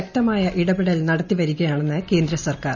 ശക്തമായ ഇടപെടൽ നടത്തിവരികയാണെന്ന് കേന്ദ്രസർക്കാർ